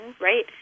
right